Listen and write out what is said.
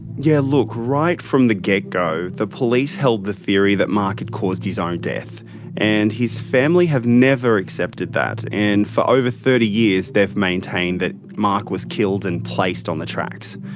yeah look, right from the get go, the police held the theory that mark had caused his own death and his family have never accepted that and for over thirty years they've maintained that mark was killed and placed on the tracks.